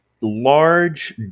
large